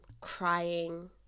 crying